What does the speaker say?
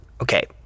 Okay